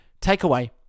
Takeaway